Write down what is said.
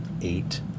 eight